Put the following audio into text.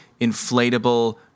inflatable